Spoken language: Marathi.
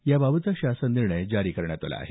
याबाबतचा शासन निर्णय जारी करण्यात आला आहे